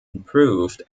improved